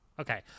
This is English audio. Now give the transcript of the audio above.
Okay